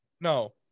No